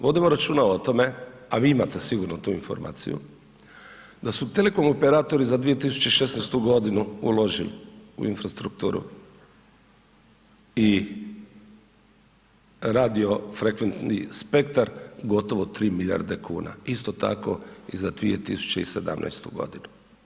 Vodimo računa o tome, a vi imate sigurno tu informaciju, da su telekom operatori za 2016. g. uložili u infrastrukturu i radio frekventni spektar, gotovo 3 milijarde kuna, isto tako i za 2017. godinu.